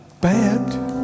bad